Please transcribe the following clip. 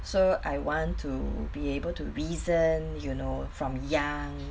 so I want to be able to reason you know from young